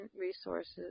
resources